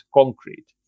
concrete